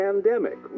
Pandemic